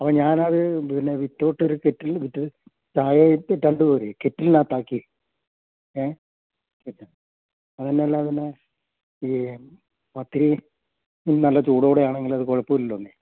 അപ്പോൾ ഞാനത് പിന്നെ വിത്തൌട്ട് ഒരു കെറ്റിലില് വിത്ത് ചായയും രണ്ടും ഓരെ കെറ്റിലിനകത്താക്കി എ അത് തന്നെ അല്ലാതെ പിന്നെ ഈ പത്തിരി നല്ല ചൂടോടെയാണെങ്കിൽ അത് കുഴപ്പം ഇല്ലല്ലൊ